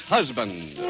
Husband